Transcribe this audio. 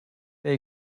they